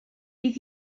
bydd